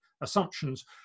assumptions